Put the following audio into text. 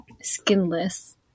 skinless